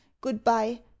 Goodbye